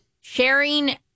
sharing